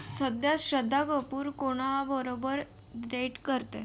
सध्या श्रद्धा कपूर कोणाबरोबर डेट करते